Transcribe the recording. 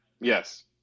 Yes